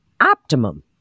optimum